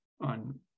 on